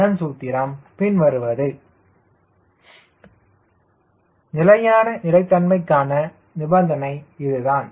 அதன் சூத்திரம் பின்வருவது Cma0 நிலையான நிலைத்தன்மைக்கான நிபந்தனை இதுதான்